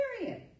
Period